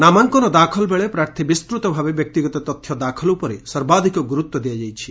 ନାମାଙ୍କନ ଦାଖଲ ବେଳେ ପ୍ରାର୍ଥୀ ବିସ୍ତତ ଭାବେ ବ୍ୟକ୍ତିଗତ ତଥ୍ୟ ଦାଖଲ ଉପରେ ସର୍ବାଧ୍କ ଗୁରୁତ୍ ଦିଆଯାଇଛି